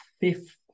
fifth